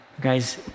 Guys